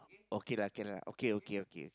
okay lah K lah okay okay okay